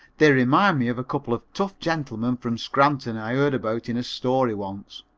they remind me of a couple of tough gentlemen from scranton i heard about in a story once.